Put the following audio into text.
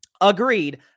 Agreed